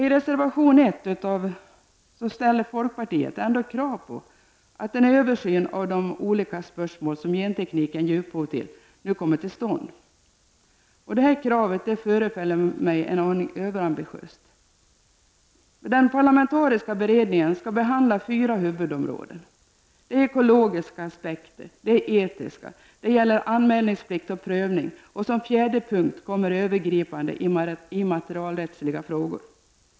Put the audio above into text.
I reservation nr 1 ställer folkpartiet ändå krav på ”att en översyn av de olika spörsmål som gentekniken ger upphov till nu kommer till stånd”. Detta krav förefaller mig en aning överambitiöst. Den parlamentariska beredningen skall behandla fyra huvudområden, nämligen ekologiska aspekter, etiska aspekter, anmälningsplikt och prövning samt övergripande immaterialrättsliga frågor.